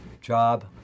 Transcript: job